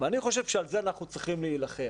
אני חושב שעל זה אנחנו צריכים להילחם.